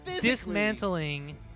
dismantling